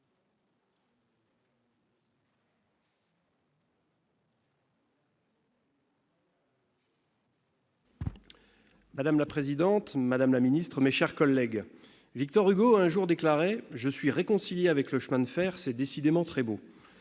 Madame la présidente, madame la ministre, mes chers collègues, Victor Hugo a un jour déclaré :« Je suis réconcilié avec le chemin de fer, c'est décidément très beau.